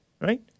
right